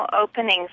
openings